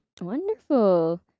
Wonderful